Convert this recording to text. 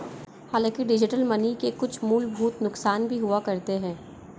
हांलाकि digital money के कुछ मूलभूत नुकसान भी हुआ करते हैं